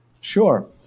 Sure